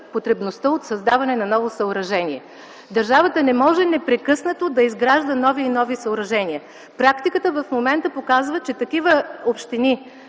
потребността от създаване на ново съоръжение. Държавата не може непрекъснато да изгражда нови и нови съоръжения. Практиката в момента показва, че такива общини